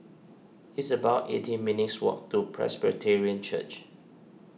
it's about eighteen minutes' walk to Presbyterian Church